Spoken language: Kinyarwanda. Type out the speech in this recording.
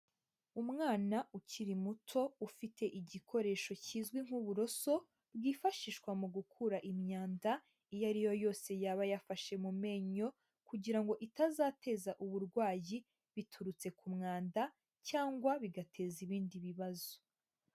Umwana ukiri muto ufite igikoresho kizwi nk'uburoso bwifashishwa mu gukura imyanda iyo ari yo yose yaba yafashe mu menyo kugira ngo itazateza uburwayi biturutse ku mwanda cyangwa bigateza ibindi bibazo.